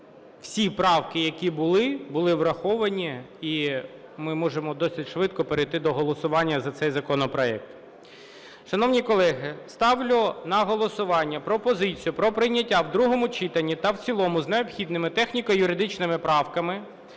Всі правки, які були, були враховані, і ми можемо досить швидко перейти до голосування за цей законопроект. Шановні колеги, ставлю на голосування пропозицію про прийняття в другому читанні та в цілому з необхідними техніко-юридичними правками